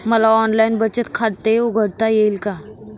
मला ऑनलाइन बचत खाते उघडता येईल का?